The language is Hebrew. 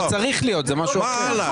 לא צריך להיות זה משהו אחר.